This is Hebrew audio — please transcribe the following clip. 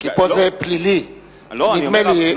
כי פה זה פלילי, נדמה לי.